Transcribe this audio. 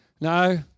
No